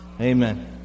Amen